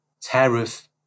tariff